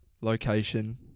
location